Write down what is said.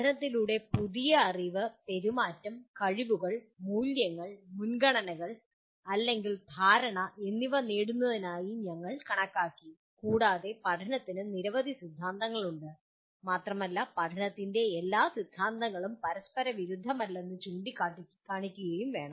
പഠനത്തിലൂടെ പുതിയ അറിവ് പെരുമാറ്റം കഴിവുകൾ മൂല്യങ്ങൾ മുൻഗണനകൾ അല്ലെങ്കിൽ ധാരണ എന്നിവ നേടുന്നതായി ഞങ്ങൾ കണക്കാക്കി കൂടാതെ പഠനത്തിന് നിരവധി സിദ്ധാന്തങ്ങളുണ്ട് മാത്രമല്ല പഠനത്തിൻ്റെ എല്ലാ സിദ്ധാന്തങ്ങളും പരസ്പരവിരുദ്ധമല്ലെന്ന് ചൂണ്ടിക്കാണിക്കുകയും വേണം